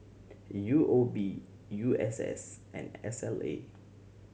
U O B U S S and S L A